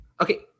okay